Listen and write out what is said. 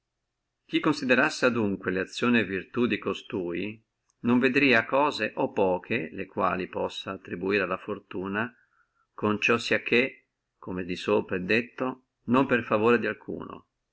chi considerassi adunque le azioni e virtù di costui non vedrà cose o poche le quali possa attribuire alla fortuna con ciò sia cosa come di sopra è detto che non per favore dalcuno